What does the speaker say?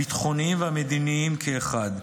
הביטחוניים והמדיניים כאחד,